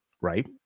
right